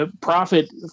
profit